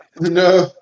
no